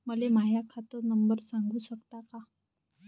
मले माह्या खात नंबर सांगु सकता का?